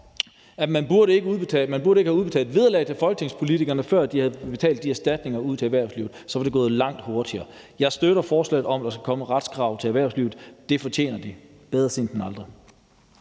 man ikke burde have udbetalt vederlag til folketingspolitikerne, før de havde udbetalt de erstatninger til erhvervslivet, for så var det gået langt hurtigere. Jeg støtter forslaget om, at der skal komme et retskrav til erhvervslivet. Det fortjener de – bedre sent end aldrig.